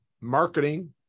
marketing